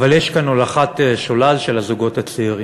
יש כאן הולכת שולל של הזוגות הצעירים.